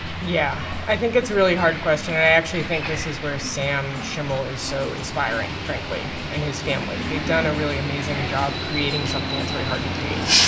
yeah. i think it's a really hard question, and i actually think this is where sam schimmel is so inspiring, frankly, and his family. they've done a really amazing job creating something that's very hard to create,